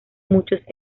muchos